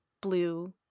blue